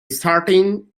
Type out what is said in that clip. certain